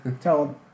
tell